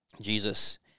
Jesus